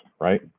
right